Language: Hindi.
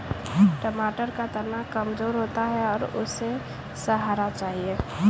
टमाटर का तना कमजोर होता है और उसे सहारा चाहिए